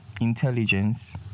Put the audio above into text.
intelligence